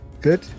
Good